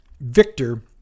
Victor